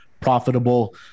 profitable